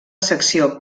secció